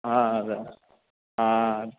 అదే